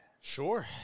Sure